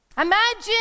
Imagine